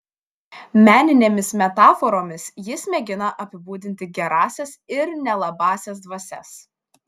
meninėmis metaforomis jis mėgina apibūdinti gerąsias ir nelabąsias dvasias